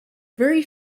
very